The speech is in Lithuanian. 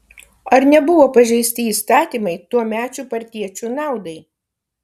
ar nebuvo pažeisti įstatymai tuomečių partiečių naudai